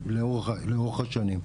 בדגים כן,